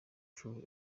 true